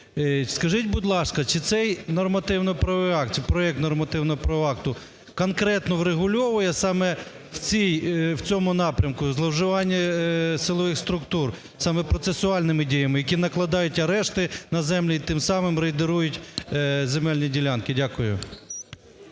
Скажіть, будь ласка, чи цей нормативно-правовий акт, чи проект нормативно-правового акту конкретно врегульовує саме в цьому напрямку – зловживання силових структур саме процесуальними діями, які накладають арешти на землі, і тим самим рейдерують земельні ділянки? Дякую.